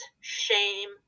shame